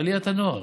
עליית הנוער.